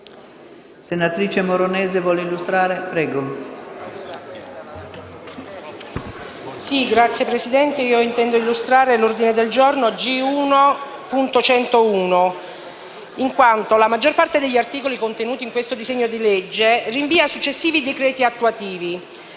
apre una nuova finestra") *(M5S)*. Signora Presidente, intendo illustrare l'ordine del giorno G1.101, in quanto la maggior parte degli articoli contenuti in questo disegno di legge rinvia a successivi decreti attuativi.